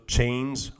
Chains